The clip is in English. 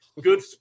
Good